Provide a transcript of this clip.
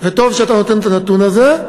וטוב שאתה נותן את הנתון הזה.